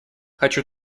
хочу